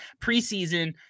Preseason